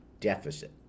deficit